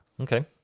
okay